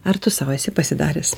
ar tu sau esi pasidaręs